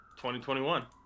2021